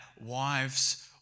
wives